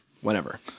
whenever